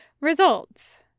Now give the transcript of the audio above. Results